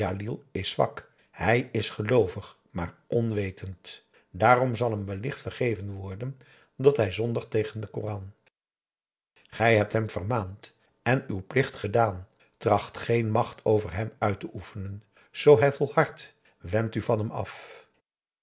is zwak hij is geloovig maar onwetend daarom zal hem wellicht vergeven worden dat hij zondigt tegen den koran gij hebt hem vermaand en uw plicht gedaan tracht geen macht over hem uit te oefenen zoo hij volhardt wend u van hem af